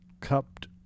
cupped